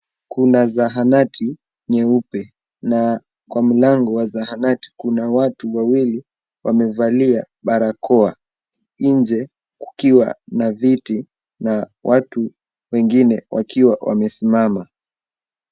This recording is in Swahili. Kuna zahanati nyeupe na kwa malngo wa zahanati kuna watu wawili wamevalia barakoa, nje kukiwa na viti na watu wengine wakiwa wamesimama.